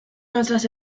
nuestras